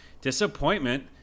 Disappointment